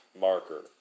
marker